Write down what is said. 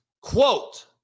Quote